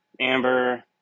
Amber